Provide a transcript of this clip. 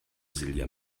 silja